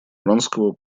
вронского